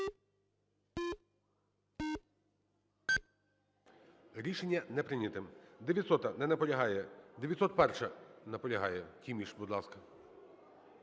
Рішення не прийнято. 900-а. Не наполягає. 901-а. Наполягає. Тіміш, будь ласка.